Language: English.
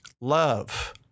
Love